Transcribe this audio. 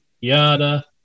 yada